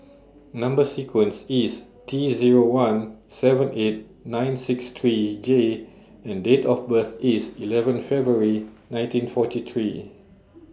Number sequence IS T Zero one seven eight nine six three J and Date of birth IS eleven February nineteen forty three